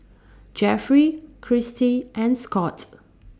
Jeffery Kristie and Scot